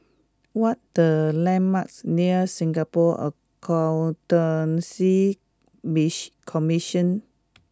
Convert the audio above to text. what the landmarks near Singapore Accountancy mission Commission